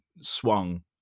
swung